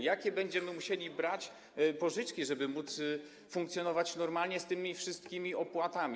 Jakie będziemy musieli brać pożyczki, żeby móc funkcjonować normalnie z tymi wszystkimi opłatami?